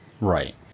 Right